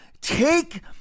take